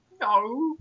No